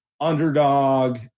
underdog